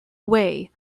away